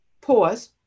pause